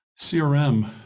CRM